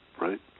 right